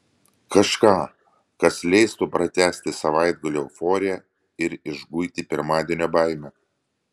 kažką kas leistų pratęsti savaitgalio euforiją ir išguiti pirmadienio baimę